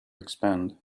expand